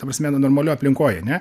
ta prasme nu normalio aplinkoj ane